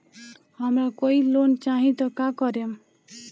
हमरा कोई लोन चाही त का करेम?